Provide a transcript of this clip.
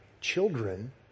children